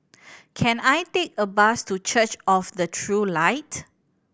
can I take a bus to Church of the True Light